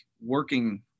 working